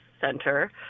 center